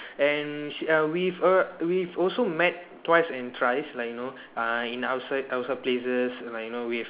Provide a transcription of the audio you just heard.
and she err we err we've also met twice and thrice like you know uh in outside outside places like you know with